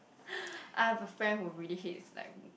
I have a friend who really hates like